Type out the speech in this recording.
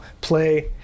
play